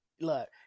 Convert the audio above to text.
Look